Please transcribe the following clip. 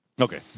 Okay